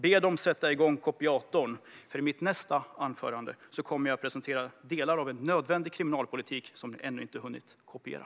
Be dem att sätta igång kopiatorn, för i mitt nästa anförande kommer jag att presentera delar av en nödvändig kriminalpolitik som ni ännu inte hunnit kopiera.